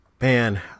Man